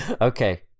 okay